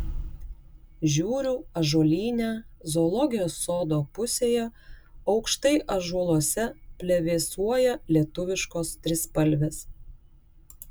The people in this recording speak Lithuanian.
žiūriu ąžuolyne zoologijos sodo pusėje aukštai ąžuoluose plevėsuoja lietuviškos trispalvės